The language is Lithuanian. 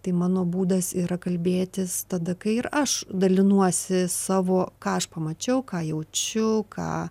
tai mano būdas yra kalbėtis tada kai ir aš dalinuosi savo ką aš pamačiau ką jaučiu ką